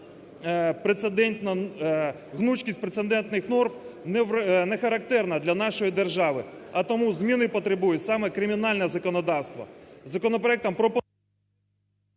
Гнучкість прецедентних норм не характерна для нашої держави, а тому зміни потребує саме кримінальне законодавство.